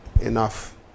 enough